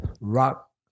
Rock